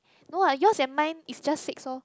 no [what] yours and mine is just six lor